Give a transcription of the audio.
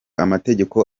amategeko